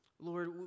Lord